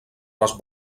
les